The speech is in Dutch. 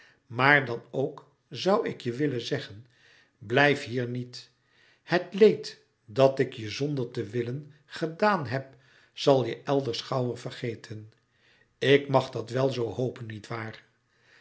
maar dan ook zoû ik je willen zeggen blijf hier niet het leed dat ik je zonder te willen gedaan heb zal je elders gauwer vergeten ik mag dat wel zoo hopen niet waar